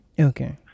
Okay